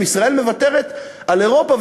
אם ישראל מוותרת על אירופה.